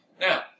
Now